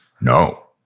No